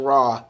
Raw